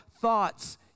thoughts